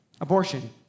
abortion